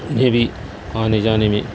انہیں بھی آنے جانے میں